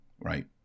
Right